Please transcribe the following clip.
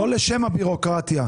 לא לשם הבירוקרטיה.